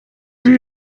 die